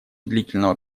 длительного